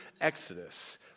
Exodus